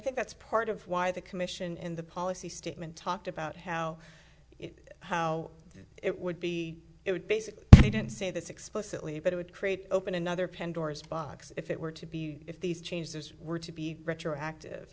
think that's part of why the commission in the policy statement talked about how how it would be it would basically he didn't say this explicitly but it would create open another pandora's box if it were to be if these changes were to be retroactive